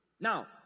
Now